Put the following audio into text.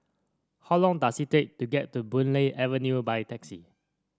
how long does it take to get to Boon Lay Avenue by taxi